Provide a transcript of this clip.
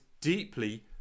deeply